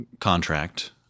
contract